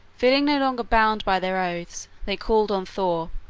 feeling no longer bound by their oaths, they called on thor,